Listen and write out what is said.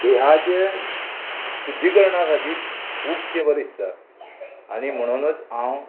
देहाचे शुध्दीकरणा खातीर खुबशे बरें दिसता आनी म्हणुनूच हांव